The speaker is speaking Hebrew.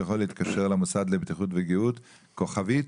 יכול להתקשר למוסד לבטיחות וגהות כוכבית